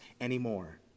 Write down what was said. anymore